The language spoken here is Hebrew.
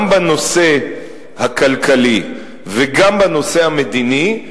גם בנושא הכלכלי וגם בנושא המדיני,